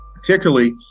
particularly